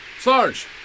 Sarge